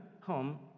home